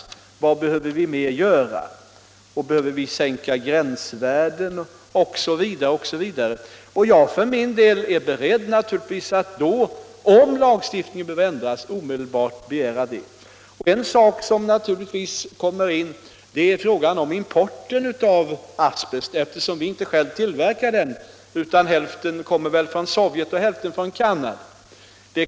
Vad behöver vi mer göra? Behöver vi sänka gränsvärden osv? Om lagstiftningen då behöver ändras är jag naturligtvis beredd att omedelbart begära det. En sak som naturligtvis kommer in är frågan om importen av asbest, eftersom vi inte själva tillverkar den utan tar ungefär hälften från Sovjetunionen och hälften från Canada.